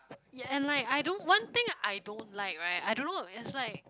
ya and like I don't one thing I don't like right I don't know it's like